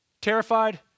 Terrified